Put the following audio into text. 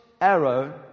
arrow